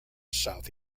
south